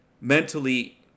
mentally